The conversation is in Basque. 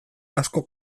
asko